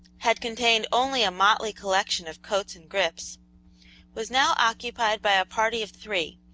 had contained only a motley collection of coats and grips was now occupied by a party of three,